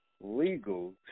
legal